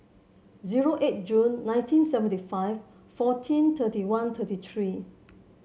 zero eight June nineteen seventy five fourteen thirty one thirty three